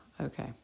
Okay